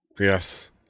Yes